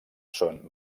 són